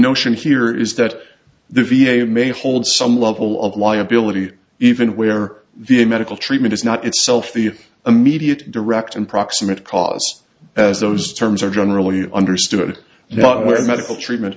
notion here is that the v a may hold some level of liability even where v a medical treatment is not itself the immediate direct and proximate cause as those terms are generally understood not whether medical treatment